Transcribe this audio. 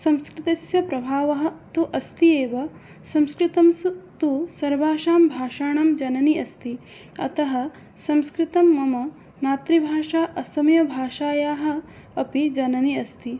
संस्कृतस्य प्रभावः तु अस्ति एव संस्कृतं सु तु सर्वासां भाषाणां जननी अस्ति अतः संस्कृतं मम मातृभाषा असमीयभाषायाः अपि जननी अस्ति